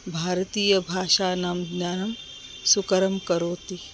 भारतीयभाषाणां ज्ञानं सुकरं करोति